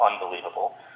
unbelievable